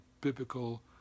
biblical